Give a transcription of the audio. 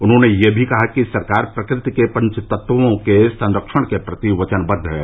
उन्होंने यह भी कहा कि सरकार प्रकृति के पंचतत्वों के संरक्षण के प्रति वचनक्द्व है